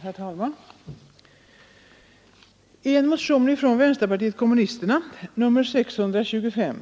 Herr talman! I en motion från vänsterpartiet kommunisterna, nr 625,